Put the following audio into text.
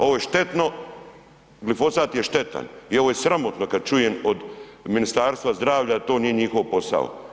Ovo je štetno, glifosat je štetan, i ovo je sramotno kad čujem od Ministarstva zdravlja da to nije njihov posao.